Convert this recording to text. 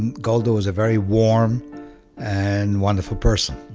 and golda was a very warm and wonderful person.